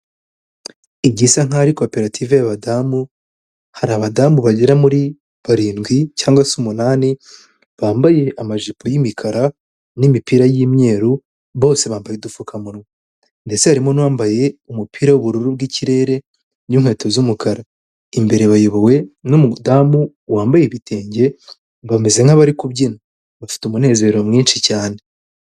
Igisa nkaho ari koperative y'abadamu, hari abadamu bagera muri barindwi cyangwa se umunani, bambaye amajipo y'imikara n'imipira y'imyeru, bose bambaye udupfukamunwa. Ndetse harimo n'uwambaye umupira w'ubururu bw'ikirere n'inkweto z'umukara. Imbere bayobowe n'umudamu wambaye ibitenge, bameze nk'abari kubyina. Bafite umunezero mwinshi cyane.